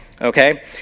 okay